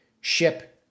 ship